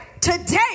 Today